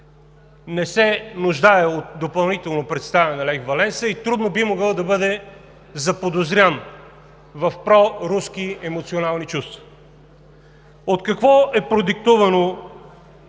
Не се нуждае от допълнително представяне Лех Валенса и трудно би могъл да бъде заподозрян в проруски емоционални чувства. От какво е продиктувано